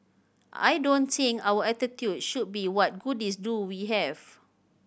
I don't think our attitude should be what goodies do we have